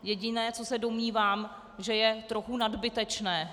Jediné, co se domnívám, že je trochu nadbytečné.